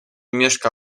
mieszka